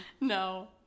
No